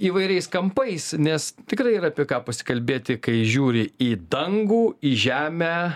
įvairiais kampais nes tikrai yra apie ką pasikalbėti kai žiūri į dangų į žemę